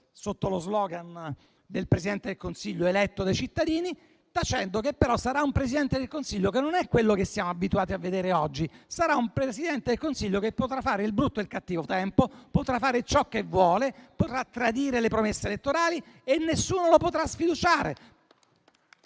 sotto lo *slogan* che esso sarà eletto dai cittadini, tacendo che però sarà un Presidente del Consiglio che non è quello che siamo abituati a vedere oggi. Sarà infatti un Presidente del Consiglio che potrà fare il brutto e il cattivo tempo, potrà fare ciò che vuole, potrà tradire le promesse elettorali e nessuno lo potrà sfiduciare.